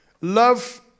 Love